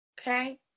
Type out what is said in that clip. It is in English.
Okay